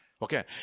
Okay